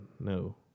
no